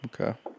Okay